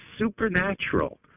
supernatural